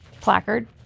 placard